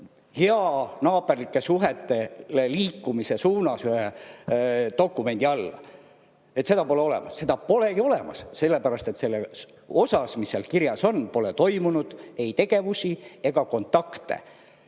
heanaaberlike suhete poole liikumise raames ühele dokumendile alla, aga seda pole olemas. Seda polegi olemas, sellepärast et selle osas, mis seal kirjas on, pole toimunud ei tegevusi ega kontakte.